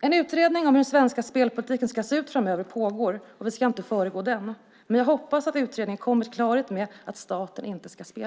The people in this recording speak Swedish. En utredning om hur den svenska spelpolitiken ska se ut fram över pågår, och vi ska inte föregå den. Men jag hoppas att utredningen kommer till klarhet om att staten inte ska spela!